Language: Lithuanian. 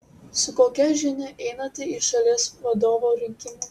su kokia žinia einate į šalies vadovo rinkimus